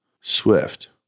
swift